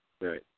Right